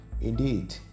Indeed